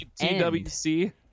TWC